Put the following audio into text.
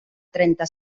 trenta